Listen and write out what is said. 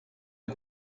est